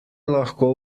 lahko